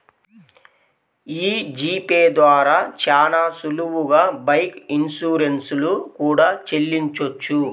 యీ G pay ద్వారా చానా సులువుగా బైక్ ఇన్సూరెన్స్ లు కూడా చెల్లించొచ్చు